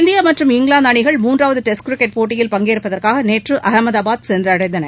India மற்றும் England அணிகள் மூன்றாவது டெஸ்ட் கிரிக்கெட் போட்டியில் பங்கேற்பதற்காக நேற்று அகமதாபாத் சென்றடைந்தன